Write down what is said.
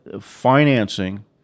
financing